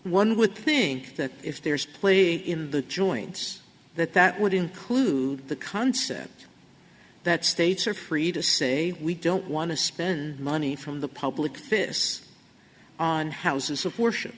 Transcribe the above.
one would think that if there is play in the joints that that would include the concept that states are free to say we don't want to spend money from the public fish on houses